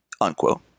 unquote